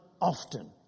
often